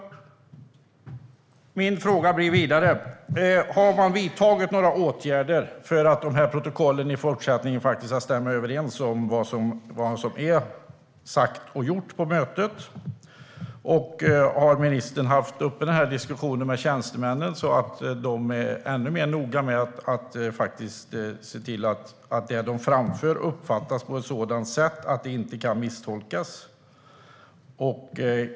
Min fråga blir vidare: Har man vidtagit några åtgärder för att de här protokollen i fortsättningen ska stämma överens med vad som är sagt och gjort på mötena? Har ministern haft uppe den diskussionen med tjänstemännen, så att de är ännu mer noga med att se till att vad de framför uppfattas på ett sådant sätt att det inte kan misstolkas?